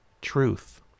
truth